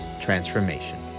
transformation